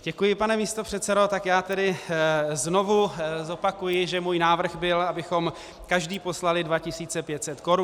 Děkuji, pane místopředsedo, tak já tedy znovu zopakuji, že můj návrh byl, abychom každý poslali 2 500 korun.